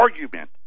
argument